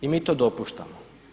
I mi to dopuštamo.